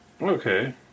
Okay